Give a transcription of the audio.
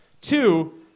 Two